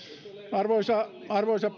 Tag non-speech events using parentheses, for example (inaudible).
arvoisa arvoisa (unintelligible)